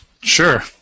Sure